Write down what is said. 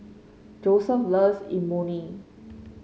Joeseph loves Imoni